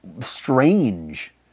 strange